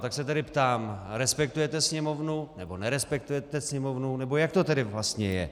Tak se tedy ptám: Respektujete Sněmovnu, nebo nerespektujete Sněmovnu, nebo jak to tedy vlastně je?